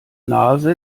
nase